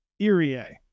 Irie